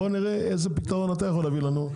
בוא נראה איזה פתרון אתה יכול להציע לנו.